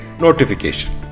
notification